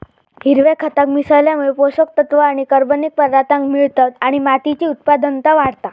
हिरव्या खताक मिसळल्यामुळे पोषक तत्त्व आणि कर्बनिक पदार्थांक मिळतत आणि मातीची उत्पादनता वाढता